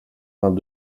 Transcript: vingt